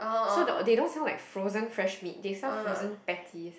so the they don't sell like frozen fresh meats they sell frozen peptics